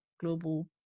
global